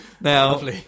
now